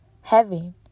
heaven